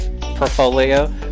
portfolio